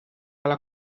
alla